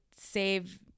save